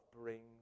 brings